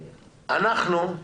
אנחנו,